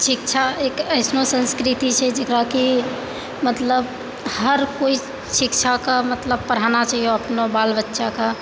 शिक्षा एक ऐसन संस्कृति छै जकरा की मतलब हर कोइ शिक्षाके मतलब पढ़ाना चाही अपना बाल बच्चाके